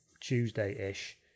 Tuesday-ish